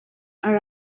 are